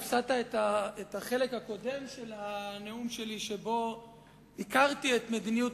הפסדת את החלק הקודם של הנאום שלי שבו ביקרתי את מדיניות